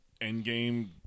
Endgame